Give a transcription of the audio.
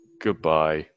Goodbye